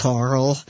Carl